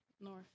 North